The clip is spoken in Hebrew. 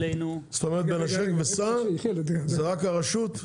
זאת אומרת ב'נשק וסע' זה רק הרשות?